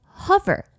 hover